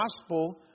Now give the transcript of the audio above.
gospel